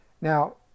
Now